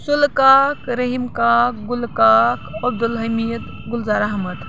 سُلہٕ کاک رحیٖم کاک گُلہٕ کاک عبدالحمیٖد گُلزار احمد